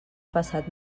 passat